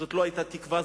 זאת לא היתה תקווה,